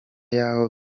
y’aho